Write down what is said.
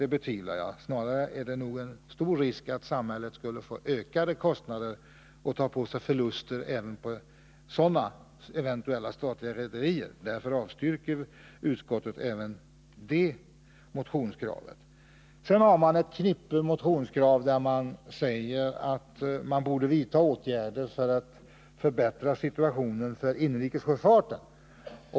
Det finns snarare en stor risk för att samhället skulle få ökade kostnader och ta på sig förluster även med eventuella statliga rederier. Därför avstyrker utskottet också det motionskravet. Sedan har vpk ett knippe motionskrav, där det anförs att åtgärder borde vidtas för att förbättra situationen för inrikessjöfarten.